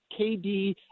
KD